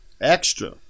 Extra